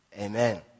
Amen